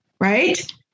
Right